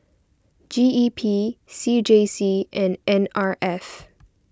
G E P C J C and N R F